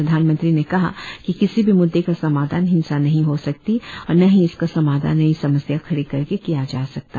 प्रधानमंत्री ने कहा कि किसी भी मुद्दे का समाधान हिंसा नहीं हो सकती और न ही इसका समाधान नई समस्या खड़ी करके किया जा सकता